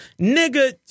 Nigga